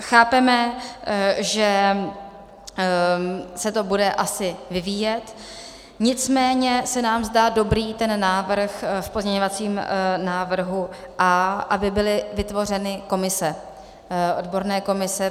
Chápeme, že se to bude asi vyvíjet, nicméně se nám zdá dobrý ten návrh v pozměňovacím návrhu A, aby byly vytvořeny komise, odborné komise.